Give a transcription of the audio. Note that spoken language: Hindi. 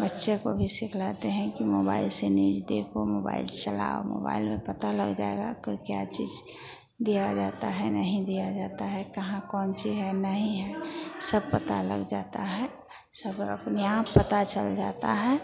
बच्चे को भी सिखलाते हैं कि मोबाइल से न्यूज देखो मोबाइल चलाओ मोबाइल में पता लग जाएगा कि क्या चीज़ दिया रहता है नहीं दिया रहता है कहाँ कौन चीज़ है नहीं है सब पता लग जाता है सब अपने आप पता चल जाता है